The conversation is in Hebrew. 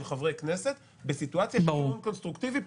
חברי כנסת בסיטואציה של אי-אמון קונסטרוקטיבי,